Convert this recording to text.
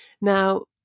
Now